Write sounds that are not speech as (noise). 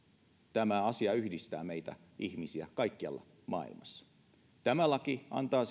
tämä asia yhdistää meitä ihmisiä kaikkialla maailmassa tämä laki antaa (unintelligible)